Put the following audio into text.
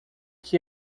que